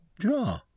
Draw